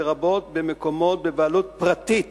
לרבות במקומות בבעלות פרטית